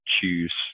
choose